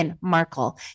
Markle